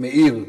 מאיר,